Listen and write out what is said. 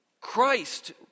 Christ